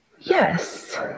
Yes